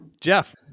Jeff